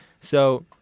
So-